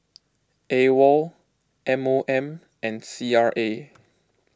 Awol M O M and C R A